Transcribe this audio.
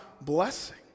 blessing